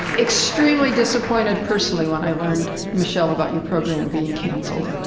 extremely disappointed personally when i learned, michel, about your program being canceled.